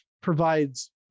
provides